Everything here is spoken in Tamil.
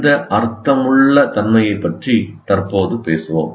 இந்த அர்த்தமுள்ள தன்மையைப் பற்றி தற்போது பேசுவோம்